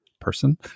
person